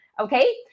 okay